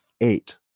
eight